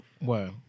Wow